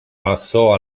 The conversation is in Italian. passò